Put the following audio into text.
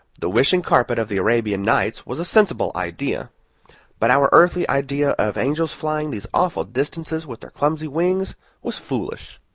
the wishing-carpet of the arabian nights was a sensible idea but our earthly idea of angels flying these awful distances with their clumsy wings was foolish.